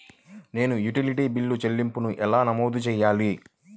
నేను utility bill చెల్లింపులను ఎలా నమోదు చేయాలి?